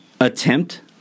attempt